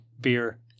Beer